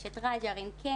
יש את ע'ג'ר, עין קנייא,